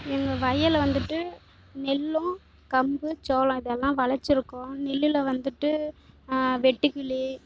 எங்கள் வயலில் வந்துட்டு நெல்லும் கம்பு சோளம் இதெல்லாம் வளச்சி இருக்கோம் நெல்லில் வந்துட்டு வெட்டு கிளி